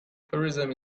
tourism